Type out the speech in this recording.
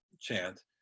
chant